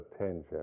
attention